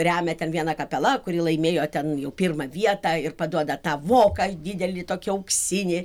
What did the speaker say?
remia ten viena kapela kuri laimėjo ten jau pirmą vietą ir paduoda tą voką didelį tokį auksinį